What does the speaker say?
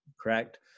correct